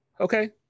Okay